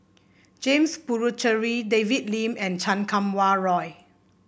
James Puthucheary David Lim and Chan Kum Wah Roy